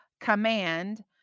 command